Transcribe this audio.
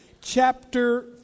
chapter